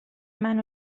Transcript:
منو